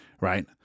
right